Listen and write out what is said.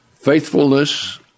faithfulness